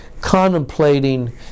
contemplating